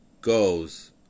Goes